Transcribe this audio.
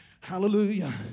Hallelujah